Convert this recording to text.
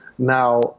Now